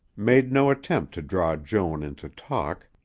made no attempt to draw joan into talk,